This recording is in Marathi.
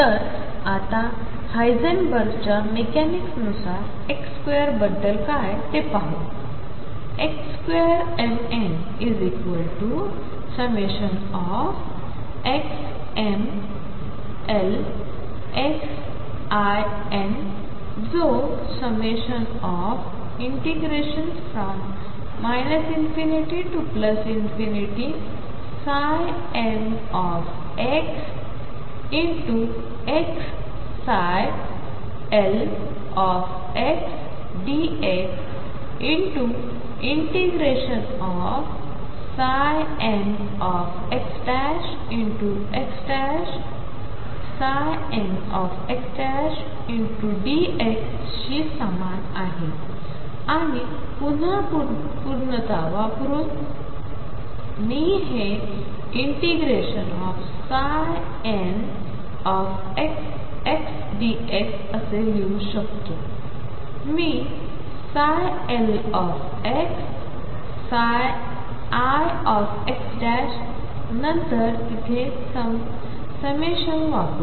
तर आता हायझेनबर्गच्या मेकॅनिक्स नुसार x2बद्दल काय ते पाहू xmn2lxmlxlnजो l∫mxxldx∫nxxnxdx शी समान आहे आहे आणि पुन्हा पूर्णता वापरून मी हे ∫nxxdx असे लिहू शकतो मी ψlxlxनंतर तेथे समेशन वापरू